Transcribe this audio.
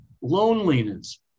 loneliness